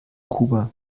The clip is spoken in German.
kuba